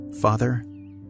Father